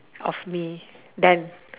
of me done